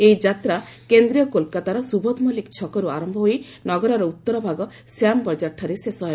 ଏହି ଯାତ୍ରା କେନ୍ଦ୍ରୀୟ କୋଲକାତାର ସୁବୋଧ ମଲ୍ଲିକ ଛକରୁ ଆରମ୍ଭ ହୋଇ ନଗରର ଉତ୍ତରଭାଗ ଶ୍ୟାମ ବଜାରଠାରେ ଶେଷ ହେବ